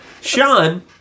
Sean